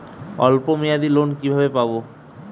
অল্প মেয়াদি লোন কিভাবে পাব?